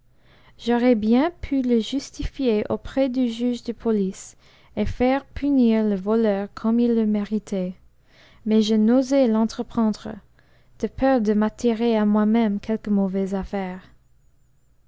j'aurais bien pu le justifier auprès du juge de police et faire punir le voleur comme il le méritait mais je n'osai l'entreprendre de peur de m'attirer à moi-même quelque mauvaise affaire